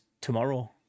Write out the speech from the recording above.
tomorrow